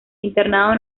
internado